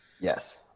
Yes